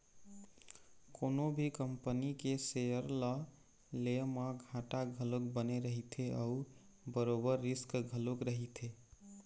कोनो भी कंपनी के सेयर ल ले म घाटा घलोक बने रहिथे अउ बरोबर रिस्क घलोक रहिथे